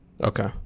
Okay